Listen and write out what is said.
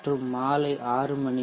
மற்றும் மாலை 6 மணி